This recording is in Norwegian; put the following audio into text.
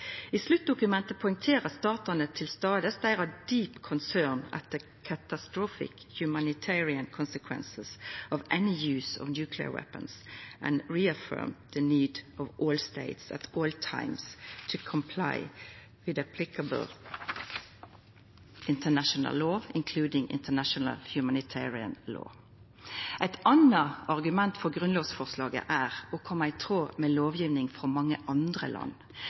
I sluttdokumentet poengterer statane som var til stades, ein «deep concern at the catastrophic humanitarian consequences of any use of nuclear weapons, and reaffirm[ed] the need for all states at all times to comply with applicable international law, including international humanitarian law». Eit anna argument for grunnlovsforslaget er å koma i tråd med lovgjevinga i mange andre land.